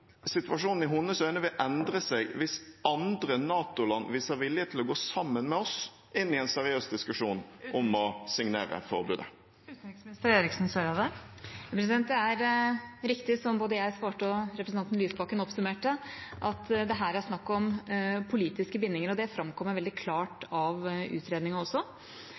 situasjonen i hennes øyne vil endre seg hvis andre NATO-land viser vilje til å gå sammen med oss inn i en seriøs diskusjon om å signere forbudet. Det er riktig, som jeg svarte og representanten Lysbakken oppsummerte, at det her er snakk om politiske bindinger. Det framkommer veldig klart av utredningen også.